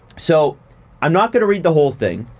so i'm not gonna read the whole thing,